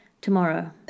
tomorrow